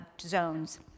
zones